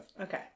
Okay